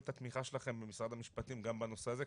את התמיכה שלכם במשרד המשפטים גם בנושא הזה,